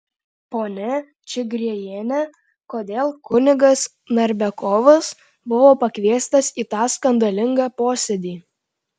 ponia čigriejiene kodėl kunigas narbekovas buvo pakviestas į tą skandalingą posėdį